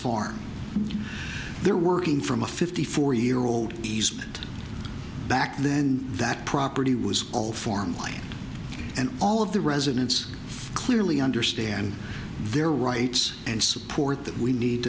far they're working from a fifty four year old easement back then that property was all formally and all of the residents clearly understand their rights and support that we need